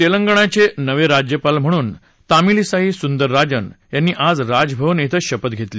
तेलंगणाचे नवे राज्यपाल म्हणून तामिलिसाई सुंदरराजन यांनी आज राजभवन इथं शपथ घेतली